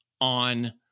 on